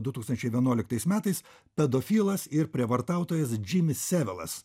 du tūkstančiai vienuoliktais metais pedofilas ir prievartautojas džimis sevilas